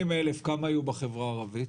מתוך ה 80,000 כמה יהיו בחברה הערבית?